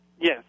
Yes